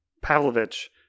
Pavlovich